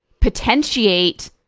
potentiate